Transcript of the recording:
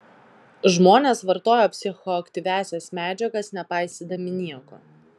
žmonės vartoja psichoaktyviąsias medžiagas nepaisydami nieko